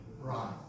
Right